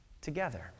Together